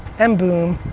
and boom.